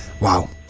wow